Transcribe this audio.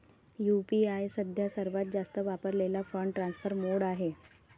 UPI सध्या सर्वात जास्त वापरलेला फंड ट्रान्सफर मोड आहे